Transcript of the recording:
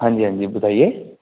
हांजी हांजी ॿुधाइए